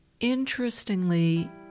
Interestingly